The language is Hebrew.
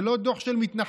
זה לא דוח של מתנחלים,